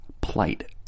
plight